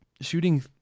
shooting